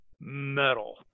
metal